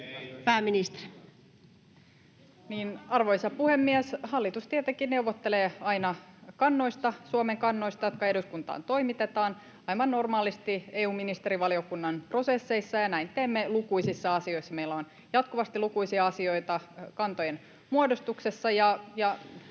Content: Arvoisa puhemies! Hallitus tietenkin neuvottelee aina kannoista, Suomen kannoista, jotka eduskuntaan toimitetaan aivan normaalisti EU-ministerivaliokunnan prosesseissa, [Sari Essayah ja oikealta: Ei ole kantaa!] ja näin teemme lukuisissa asioissa. Meillä on jatkuvasti lukuisia asioita kantojen muodostuksessa.